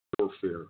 warfare